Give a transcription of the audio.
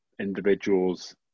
individuals